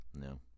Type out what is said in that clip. No